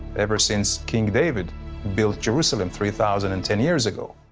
ever since king david built jerusalem three thousand and ten years ago.